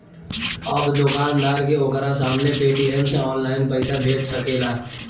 अब दोकानदार के ओकरा सामने पेटीएम से ऑनलाइन पइसा भेजा सकेला